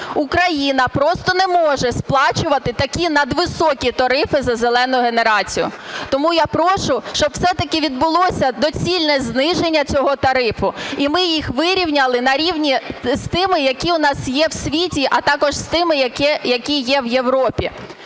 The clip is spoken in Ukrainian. Україна просто не може сплачувати такі надвисокі тарифи за "зелену" генерацію. Тому я прошу, щоб все-таки відбулося доцільне зниження цього тарифу і ми їх вирівняли на рівні з тими, які у нас є в світі, а також з тими, які є в Європі.